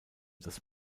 das